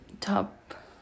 top